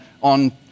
on